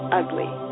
ugly